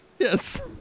Yes